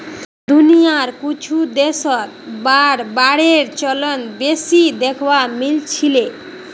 दुनियार कुछु देशत वार बांडेर चलन बेसी दखवा मिल छिले